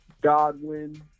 Godwin